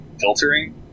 filtering